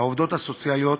העובדות הסוציאליות